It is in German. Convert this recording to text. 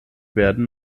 werden